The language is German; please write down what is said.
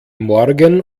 morgen